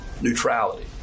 neutrality